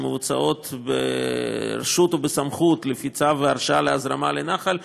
המבוצעת ברשות ובסמכות לפי צו הרשאה להזרמה לנחל,